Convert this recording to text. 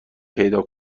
پیدا